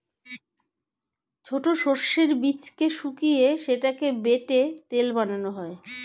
ছোট সর্ষের বীজকে শুকিয়ে সেটাকে বেটে তেল বানানো হয়